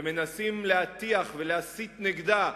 ומנסים להסית נגדה,